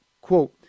quote